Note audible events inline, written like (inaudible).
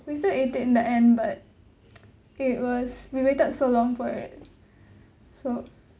we still ate it in the end but (noise) it was we waited so long for it so